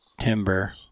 timber